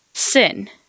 sin